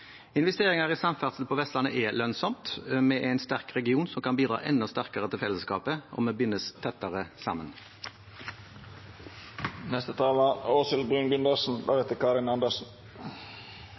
Investeringer i samferdsel på Vestlandet er lønnsomt. Vi er en sterk region som kan bidra enda sterkere til fellesskapet om vi bindes tettere